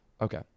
Okay